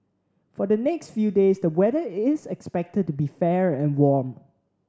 for the next few days the weather is expected to be fair and warm